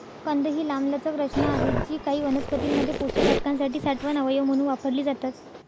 कंद ही लांबलचक रचना आहेत जी काही वनस्पतीं मध्ये पोषक घटकांसाठी साठवण अवयव म्हणून वापरली जातात